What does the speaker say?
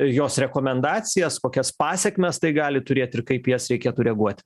jos rekomendacijas kokias pasekmes tai gali turėt ir kaip į jas reikėtų reaguot